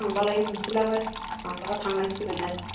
थांबालाय नुहैलाबो मालाबा थांनांसिगोनहाय